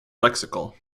lexical